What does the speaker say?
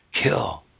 kill